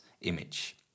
image